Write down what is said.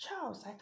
Charles